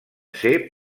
ser